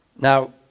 Now